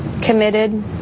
committed